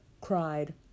cried